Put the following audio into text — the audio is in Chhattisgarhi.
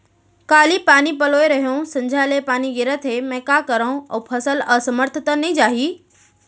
काली पानी पलोय रहेंव, संझा ले पानी गिरत हे, मैं का करंव अऊ फसल असमर्थ त नई जाही?